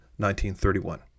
1931